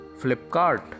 Flipkart